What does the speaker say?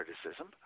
criticism